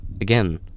Again